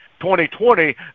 2020